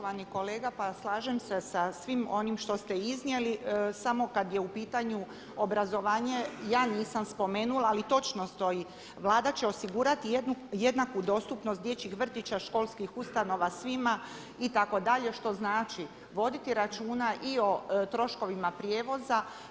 Poštovani kolega pa slažem se sa svim onim što ste iznijeli samo kada je u pitanju obrazovanje, ja nisam spomenula, ali točno stoji, Vlada će osigurati jednaku dostupnost dječjih vrtića, školskih ustanova svima itd. što znači voditi računa i o troškovima prijevoza.